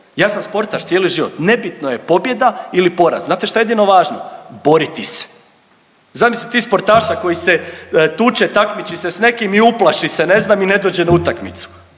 ja sam sportaš cijeli život, nebitno je pobjeda ili poraz. Znate što je jedino važno? Boriti se. Zamisli ti sportaša koji se tuče, takmiči se s nekim i uplaši se ne znam i ne dođe na utakmicu.